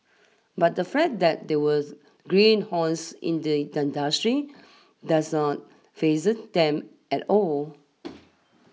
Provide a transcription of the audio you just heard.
but the fact that they were greenhorns in the industry doesn't faze them at all